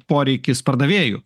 poreikis pardavėjų